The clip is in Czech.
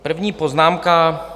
První poznámka.